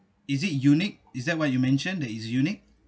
is it unique is that why you mentioned that it's unique